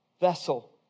vessel